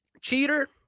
Cheater